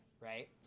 right